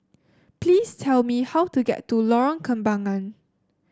please tell me how to get to Lorong Kembangan